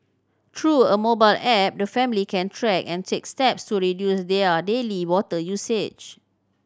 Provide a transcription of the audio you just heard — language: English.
through a mobile app the family can track and take steps to reduce their daily water usage